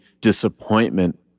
disappointment